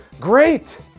Great